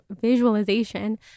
visualization